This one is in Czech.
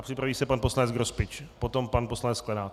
Připraví se pan poslanec Grospič, potom pan poslanec Sklenák.